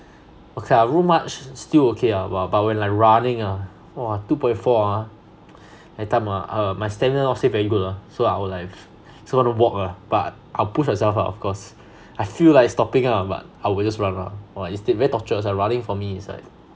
okay lah road march still okay lah but when like running ah !wah! two point four ah that time ah uh my stamina not say very good lah so I will like still wanna walk lah but I'll push myself lah of course I feel like stopping lah but I will just run lah !wah! its t~ very torturous lah running for me is like